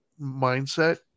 mindset